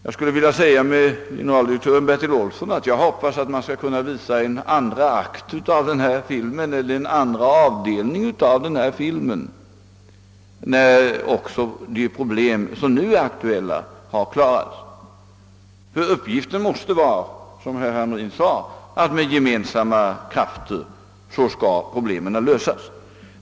Jag skulle vilja instämma med generaldirektör Bertil Olsson och säga att jag hoppas att man skall kunna visa en andra avdelning av denna film, när också de problem som nu är aktuella har lösts. Ty målet måste, som herr Hamrin i Kalmar sade, vara att med gemensamma krafter lösa problemen.